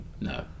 No